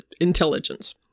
intelligence